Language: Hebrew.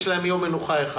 יש להם בחוק יום מנוחה אחד.